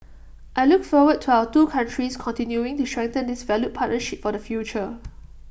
I look forward to our two countries continuing to strengthen this valued partnership for the future